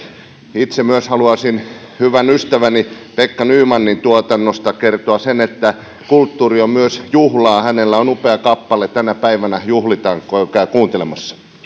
itse haluaisin myös hyvän ystäväni pekka nymanin tuotannosta kertoa sen että kulttuuri on myös juhlaa hänellä on upea kappale tänä päivänä juhlitaan käykää kuuntelemassa